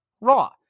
Raw